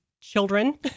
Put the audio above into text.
children